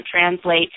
translate